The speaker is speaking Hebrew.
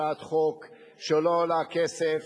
חבר הכנסת שי,